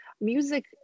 Music